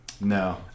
No